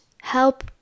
help